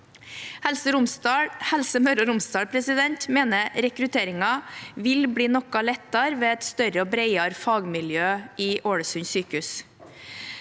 Helse Møre og Romsdal mener rekrutteringen vil bli noe lettere ved et større og bredere fagmiljø i Ålesund sykehus.